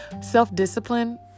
self-discipline